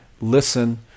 listen